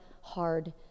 hard